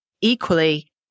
Equally